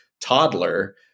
toddler